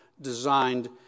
designed